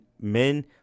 men